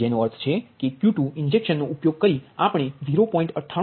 જેનો અર્થ છે કે Q2 ઇન્જેક્શનનો ઉપયોગ કરી આપણને 0